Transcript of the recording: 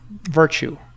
virtue